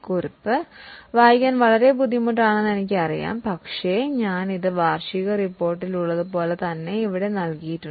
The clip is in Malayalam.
കുറിപ്പ് വായിക്കാൻ വളരെ ബുദ്ധിമുട്ടാണെന്ന് എനിക്കറിയാം പക്ഷേ ഇത് വാർഷിക റിപ്പോർട്ടിലുള്ളത് പോലെ തന്നെ ആണ്